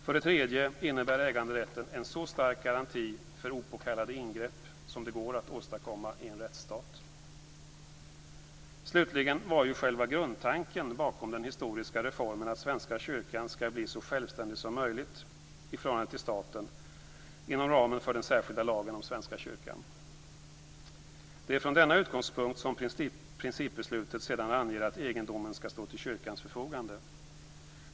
För det tredje innebär äganderätten en så stark garanti för opåkallade ingrepp som det går att åstadkomma i en rättsstat. Slutligen var ju själva grundtanken bakom den historiska reformen att Svenska kyrkan skall bli så självständig som möjligt i förhållande till staten inom ramen för den särskilda lagen om Svenska kyrkan. Det är från denna utgångspunkt som det i principbeslutet sedan anges att egendomen skall stå till kyrkans förfogande.